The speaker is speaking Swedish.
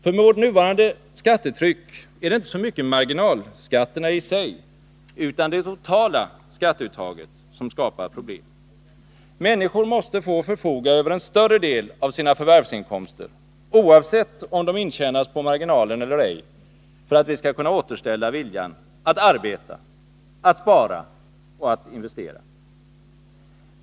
För med vårt nuvarande skattetryck är det inte så mycket marginalskatterna i sig utan det totala skatteuttaget som skapar problem. Människor måste få förfoga över en större del av sina förvärvsinkomster — oavsett om de intjänas på marginalen eller ej — för att vi skall kunna återställa viljan att arbeta, att spara och att investera.